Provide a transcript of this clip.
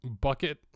bucket